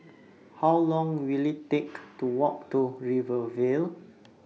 How Long Will IT Take to Walk to Rivervale